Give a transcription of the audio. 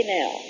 now